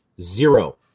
zero